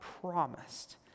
promised